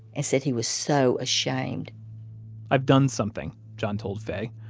and said he was so ashamed i've done something, john told faye.